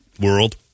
world